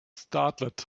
startled